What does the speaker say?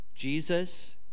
Jesus